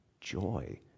joy